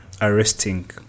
arresting